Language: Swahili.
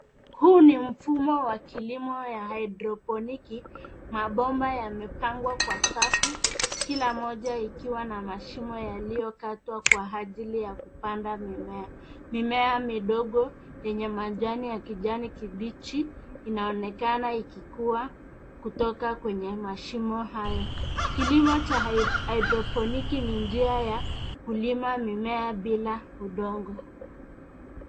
Huu ni mfumo wa kilimo ya haidroponiki .Mabomba yamepangwa kwa safu ,kila moja ikiwa na mashimo yaliyokatwa kwa ajili ya kupanda mimea. Mimea midogo yenye majani ya kijani kibichi inaonekana ikikua kutoka kwenye mashimo hayo. Kilimo cha haidroponiki ni njia ya kulima mimea bila udongo.